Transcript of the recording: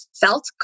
felt